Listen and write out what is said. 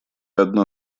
одна